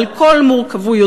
על כל מורכבויותיו,